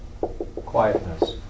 quietness